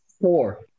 Four